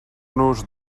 nos